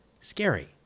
scary